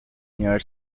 near